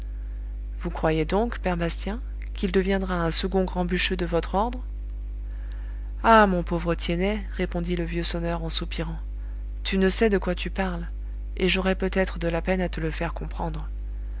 vous croyez donc père bastien qu'il deviendra un second grand bûcheux de votre ordre ah mon pauvre tiennet répondit le vieux sonneur en soupirant tu ne sais de quoi tu parles et j'aurais peut-être de la peine à te le faire comprendre